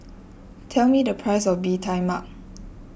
tell me the price of Bee Tai Mak